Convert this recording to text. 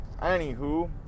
anywho